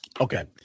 Okay